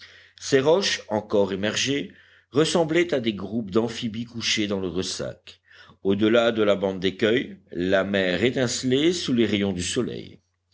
ces roches encore émergées ressemblaient à des groupes d'amphibies couchés dans le ressac au delà de la bande d'écueils la mer étincelait sous les rayons du soleil